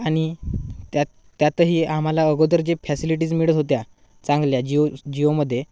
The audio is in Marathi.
आणि त्यात त्यातही आम्हाला अगोदर जे फॅसिलिटीज मिळत होत्या चांगल्या जिओ जिओमध्ये